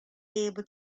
able